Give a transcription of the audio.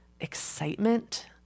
excitement